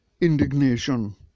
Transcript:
indignation